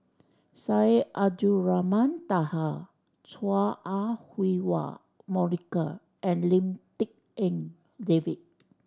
Syed Abdulrahman Taha Chua Ah Huwa Monica and Lim Tik En David